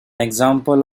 example